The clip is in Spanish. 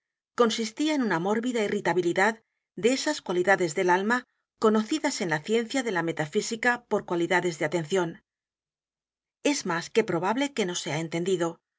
consistía en una mórbida irritabilidad de esas cualidades del alma conocidas en la ciencia de la metafísica por cualidades de atención e s más que probable que no sea e